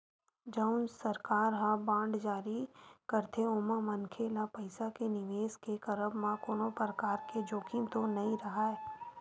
जउन सरकार ह बांड जारी करथे ओमा मनखे ल पइसा के निवेस के करब म कोनो परकार के जोखिम तो नइ राहय